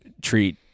treat